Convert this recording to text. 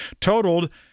totaled